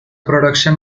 production